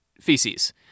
feces